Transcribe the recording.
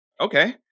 Okay